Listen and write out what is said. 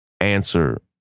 answer